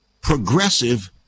progressive